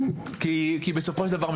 כי בסופו של דבר,